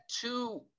two